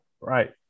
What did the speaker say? Right